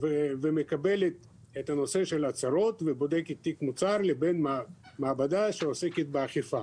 ומקבלת את הנושא של הצהרות ובודקת תיק מוצר לבין מעבדה שעוסקת באכיפה.